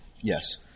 Yes